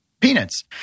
peanuts